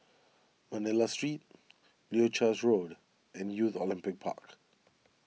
Manila Street Leuchars Road and Youth Olympic Park